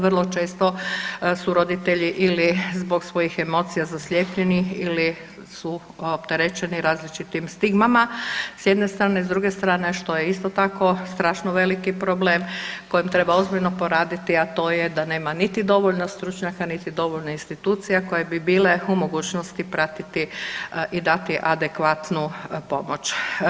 Vrlo često su roditelji ili zbog svojih emocija zaslijepljeni ili su opterećeni različitim stigmama, s jedne strane, s druge strane, što je isto tako strašno veliki problem kojem treba ozbiljno poraditi, a to je da nema niti dovoljno stručnjaka niti dovoljno institucija koje bi bile u mogućnosti pratiti i da ti adekvatnu pomoć.